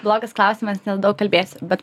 blogas klausimas nes daug kalbėsiu bet